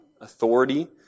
authority